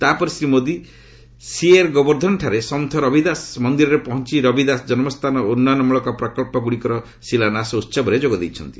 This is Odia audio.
ତା'ପରେ ଶ୍ରୀ ମୋଦି ସିଏର୍ ଗୋବର୍ଦ୍ଧନଠାରେ ସନ୍ଥ ରବି ଦାସ ମନ୍ଦିରରେ ପହଞ୍ଚି ରବି ଦାସ ଜନ୍ମସ୍ଥାନ ଉନ୍ନୟନମୂଳକ ପ୍ରକଳ୍ପ ଗୁଡ଼ିକର ଶିଳାନ୍ୟାସ ଉହବରେ ଯୋଗ ଦେଇଛନ୍ତି